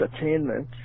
entertainment